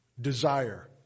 desire